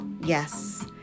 Yes